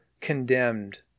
condemned